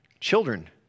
Children